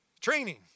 training